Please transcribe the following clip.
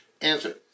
Answer